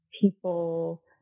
people